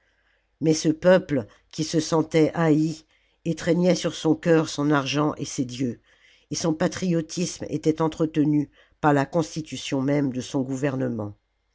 mais ce peuple qui se sentait haï étreignait sur son cœur son argent et ses dieux et son patriotisme était entretenu par la constitution même de son gouvernement